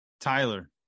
Tyler